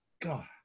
God